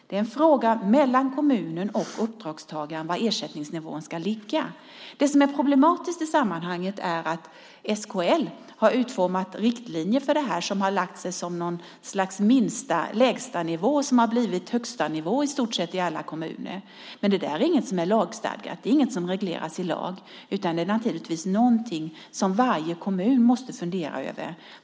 Det är en fråga mellan kommunen och uppdragstagaren var ersättningsnivån ska ligga. Det som är problematiskt i sammanhanget är att SKL har utformat riktlinjer för detta som har lagts som något slags lägstanivå som har blivit högstanivå i stort sett i alla kommuner. Det är inte något som är lagstadgat. Det är någonting som varje kommun måste fundera över.